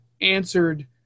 answered